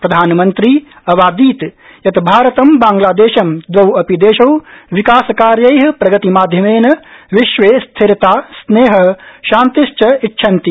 प्रधानमंत्री अवादीत् यत् भारतं बांगलादेशं दवौ अपि देशौ विकासकार्यै प्रगति माध्यमेन विश्वे स्थिरता स्नेहः शान्तिश्च इच्छन्ति